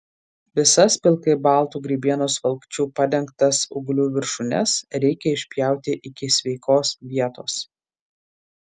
visas pilkai baltu grybienos valkčiu padengtas ūglių viršūnes reikia išpjauti iki sveikos vietos